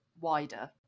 wider